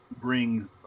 bring